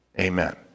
Amen